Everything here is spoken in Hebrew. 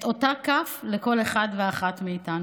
את אותה הכף לכל אחת ואחד מאיתנו,